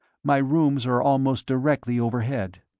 my rooms are almost directly overhead.